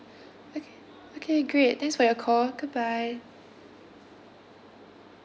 okay okay great thanks for your call goodbye